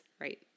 right